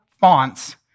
fonts